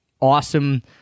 awesome